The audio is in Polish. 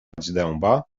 dęba